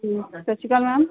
ਜੀ ਸਤਿ ਸ਼੍ਰੀ ਅਕਾਲ ਮੈਮ